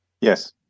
Yes